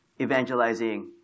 evangelizing